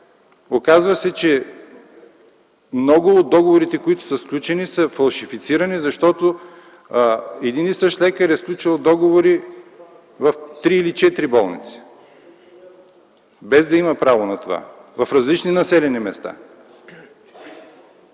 Оказва се, че много от договорите, които са сключени, са фалшифицирани, защото един и същи лекар е сключил договори в три или четири болници, без да има право на това, в различни населени места.